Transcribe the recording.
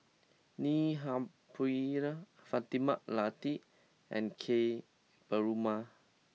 Neil Humphreys Fatimah Lateef and Ka Perumal